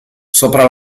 sopra